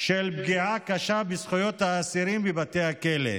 פגיעה קשה בזכויות האסירים בבתי הכלא,